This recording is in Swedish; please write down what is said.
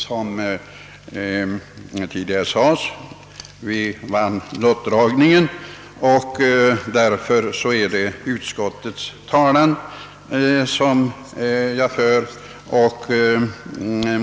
Som tidigare sades vann vi lottdragningen, och det är därför utskottets talan jag för.